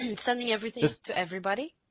sending everything to everybody,